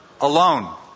Alone